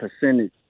percentage